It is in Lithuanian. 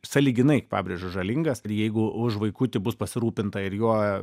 sąlyginai pabrėžiu žalingas ir jeigu už vaikutį bus pasirūpinta ir juo